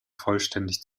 vollständig